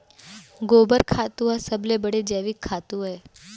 गोबर खातू ह सबले बड़े जैविक खातू अय